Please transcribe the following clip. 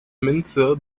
minze